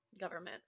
government